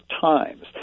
Times